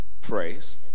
Praise